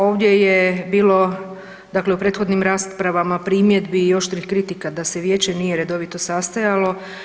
Ovdje je bilo u prethodnim raspravama primjedbi i oštrih kritika da se vijeće nije redovito sastajalo.